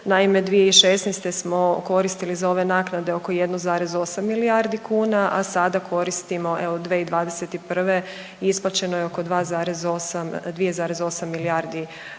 Naime, 2016. smo koristili za ove naknade oko 1,8 milijardi kuna, a sada koristimo, evo, 2021. isplaćeno je oko 2,8 milijardi kuna